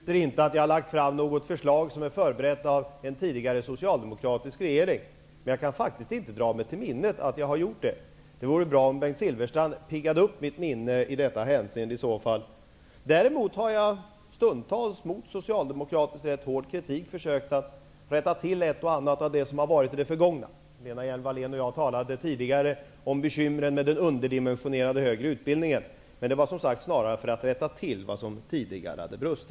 Herr talman! Jag utesluter inte att jag har lagt fram något förslag som är förberett av någon tidigare socialdemokratisk regering, men jag kan faktiskt inte dra mig till minnes att jag har gjort det. Det vore i så fall bra om Bengt Silfverstrand ville pigga upp mitt minne i detta hänseende. Däremot har jag, stundtals mot socialdemokratisk rätt hård kritik, försökt att rätta till ett och annat av det som förekommit i det förgångna. Lena Hjelm Wallén och jag talade tidigare om bekymren med den underdimensionerade högre utbildningen, men det gällde, som sagt, snarare att rätta till vad som tidigare hade brustit.